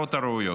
למטרות הראויות,